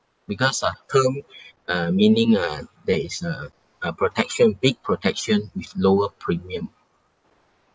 because uh term uh meaning uh there is a a protection big protection with lower premium